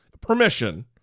permission